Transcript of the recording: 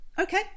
Okay